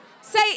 Say